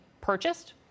purchased